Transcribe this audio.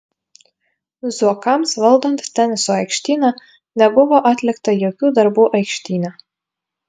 zuokams valdant teniso aikštyną nebuvo atlikta jokių darbų aikštyne